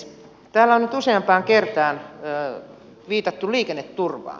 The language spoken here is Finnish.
täällä on nyt useampaan kertaan viitattu liikenneturvaan